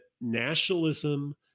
nationalism